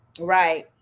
right